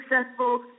successful